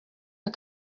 are